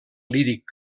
líric